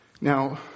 Now